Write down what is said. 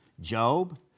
Job